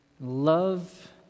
love